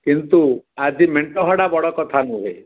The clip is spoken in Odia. କିନ୍ତୁ ଆଜି ମେଣ୍ଟ ହେବାଟା ବଡ଼ କଥା ନୁହେଁ